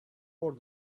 for